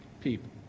people